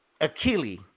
Achilles